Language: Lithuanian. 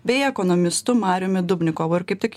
bei ekonomistu mariumi dubnikovu ir kaip tik